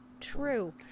True